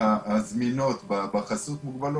הזמינות בחסות מוגבלות.